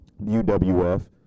UWF